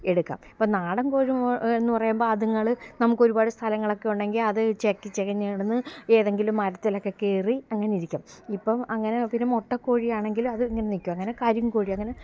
എടുക്കാം അപ്പം നാടന്കോഴി മോ എന്നു പറയുമ്പം അതുങ്ങൾ നമുക്കൊരുപാട് സ്ഥലങ്ങളൊക്കെ ഉണ്ടെങ്കിൽ അത് ചിക്കിച്ചികഞ്ഞു നടന്ന് ഏതെങ്കിലും മരത്തിലൊക്കെ കയറി അങ്ങനെയിരിക്കും ഇപ്പം അങ്ങനെ പിന്നെ മുട്ടക്കോഴി ആണെങ്കിൽ അത് ഇങ്ങനെ നിൽക്കും അങ്ങനെ കരിങ്കോഴി അങ്ങനെ